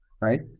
right